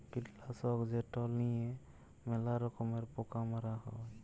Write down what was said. কীটলাসক যেট লিঁয়ে ম্যালা রকমের পকা মারা হ্যয়